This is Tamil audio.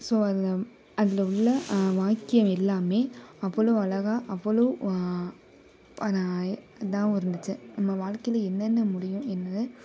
ஸோ அதில் அதில் உள்ள வாக்கியம் எல்லாமே அவ்வளோவு அழகா அவ்வளோவு இதாகவும் இருந்துச்சு நம்ம வாழ்க்கையில என்னென்ன முடியும் என்பது